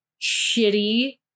shitty